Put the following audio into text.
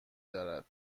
دارد